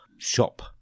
Shop